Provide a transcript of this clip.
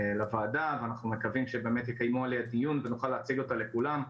לוועדה ואנחנו מקווים שבאמת יקיימו עליה דיון ונוכל להציג אותה לכולם.